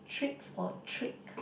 tricks or trick